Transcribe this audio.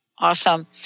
Awesome